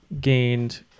gained